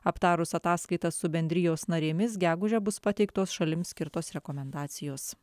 aptarus ataskaitą su bendrijos narėmis gegužę bus pateiktos šalims skirtos rekomendacijos